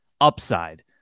upside